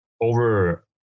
over